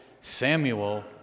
Samuel